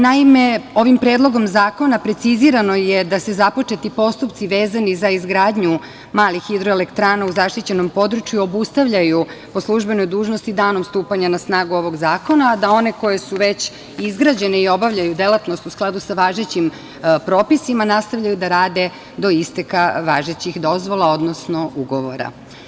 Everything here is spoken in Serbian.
Naime, ovim predlogom zakona precizirano je da se započeti postupci vezani za izgradnju malih hidroelektrana u zaštićenom području obustavljaju po službenoj dužnosti danom stupanja na snagu ovog zakona, a da one koje su već izgrađene i obavljaju delatnost u skladu sa važećim propisima nastavljaju da rade do isteka važećih dozvola, odnosno ugovora.